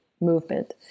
movement